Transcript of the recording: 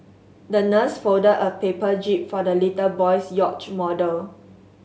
the nurse folded a paper jib for the little boy's yacht model